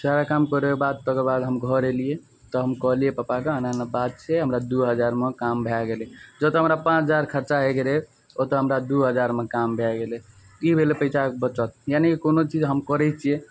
सारा काम करबैके बाद तकर बाद हम घर अएलिए तऽ हम कहलिए पप्पाकेँ एना एना बात छै हमरा दुइ हजारमे काम भए गेलै जतऽ हमरा पाँच हजार खरचा होइके रहै ओतऽ हमरा दुइ हजारमे काम भए गेलै ई भेलै पइसाके बचत यानि कि कोनो चीज हम करै छिए